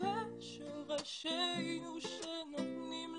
אני מבינה שזה שיר שאתם כתבתם.